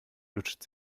lutscht